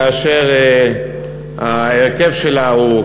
כאשר ההרכב שלה הוא,